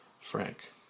Frank